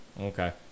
Okay